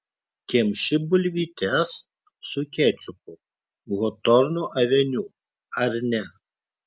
kemši bulvytes su kečupu hotorno aveniu ar ne